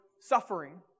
suffering